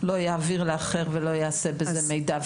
לא יעביר לאחר ולא יעשה בזה מידע,